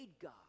God